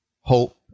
hope